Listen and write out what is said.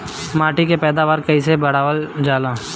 माटी के पैदावार कईसे बढ़ावल जाला?